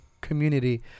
community